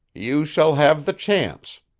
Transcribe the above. you shall have the chance.